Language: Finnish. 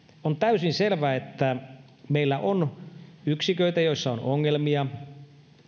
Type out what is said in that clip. on täysin selvä että meillä on yksiköitä joissa on ongelmia